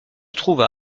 trouvent